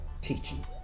teaching